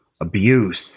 abuse